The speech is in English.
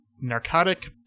narcotic